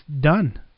done